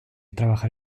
trabajar